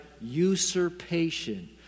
usurpation